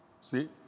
See